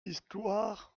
histoire